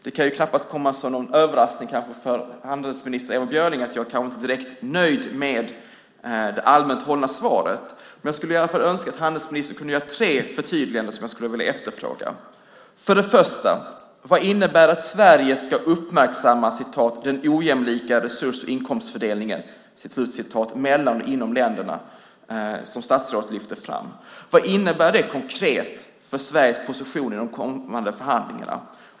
Det kan knappast komma som någon överraskning för handelsminister Ewa Björling att jag inte är direkt nöjd med det allmänt hållna svaret. Jag önskar att handelsministern vill göra tre förtydliganden. För det första: Vad innebär det att Sverige ska uppmärksamma den ojämlika resurs och inkomstfördelningen mellan och inom länderna, som statsrådet lyfter fram? Vad innebär det konkret för Sveriges position i de kommande förhandlingarna?